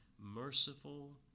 Merciful